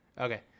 Okay